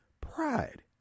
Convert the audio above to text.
Pride